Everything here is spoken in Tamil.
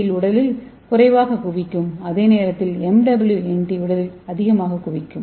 SWNT உடலில் குறைவாகக் குவிக்கும் அதே நேரத்தில் MWNT உடலில் அதிகமாகக் குவிக்கும்